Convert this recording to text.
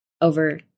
over